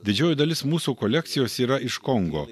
didžioji dalis mūsų kolekcijos yra iš kongo